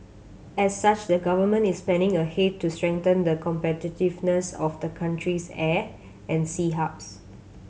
as such the Government is planning ahead to strengthen the competitiveness of the country's air and sea hubs